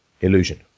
illusion